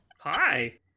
Hi